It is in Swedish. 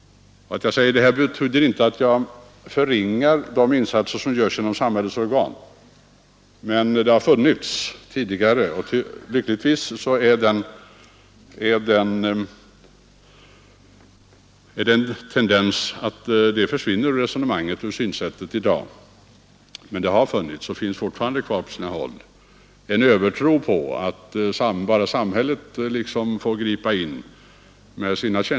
Att jag säger detta betyder inte att jag förringar de insatser som görs av samhällets organ. Men på sina håll har det funnits och finns alltjämt — ehuru detta resonemang lyckligtvis tenderar att försvinna — en övertro på att bara samhällets tjänstemän, verksamma från kl.